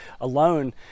alone